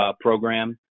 program